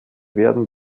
werden